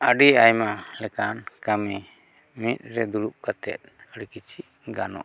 ᱟᱹᱰᱤ ᱟᱭᱢᱟ ᱞᱮᱠᱟᱱ ᱠᱟᱹᱢᱤ ᱢᱤᱫ ᱨᱮ ᱫᱩᱲᱩᱵ ᱠᱟᱛᱮᱫ ᱟᱹᱰᱤ ᱠᱤᱪᱷᱤ ᱜᱟᱱᱚᱜᱼᱟ